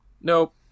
nope